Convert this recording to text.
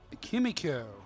Kimiko